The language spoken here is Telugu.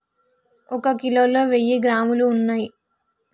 ఒక కిలోలో వెయ్యి గ్రాములు ఉన్నయ్